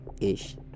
ish